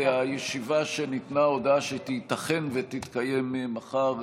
הישיבה שניתנה הודעה שייתכן שתתקיים מחר,